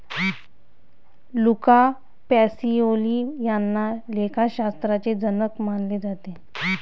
Luca Pacioli यांना लेखाशास्त्राचे जनक मानले जाते